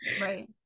right